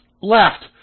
left